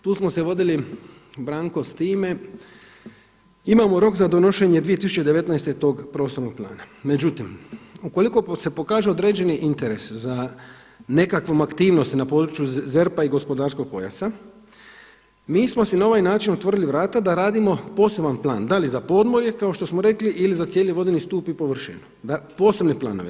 Tu smo se vodili Branko s time imamo rok za donošenje 2019. tog prostornog plana, međutim ukoliko se pokaže određeni interes za nekakvom aktivnosti na području ZERP-a i gospodarskog pojasa mi smo si na ovaj način otvorili vrata da radimo poseban plan da li za podmorje kao što smo rekli ili za cijeli vodeni stup i površinu, posebne planove.